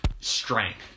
strength